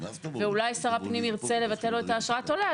ואולי שר הפנים ירצה לבטל לו את אשרת העולה,